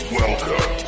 welcome